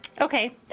Okay